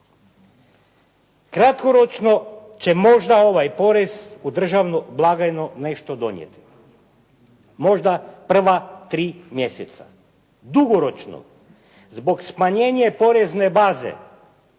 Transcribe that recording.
Kratkoročno će možda ovaj porez u državnu blagajnu nešto donijeti, možda prva tri mjeseca. Dugoročno zbog smanjenja porezne baze